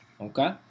okay